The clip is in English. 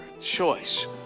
choice